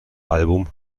album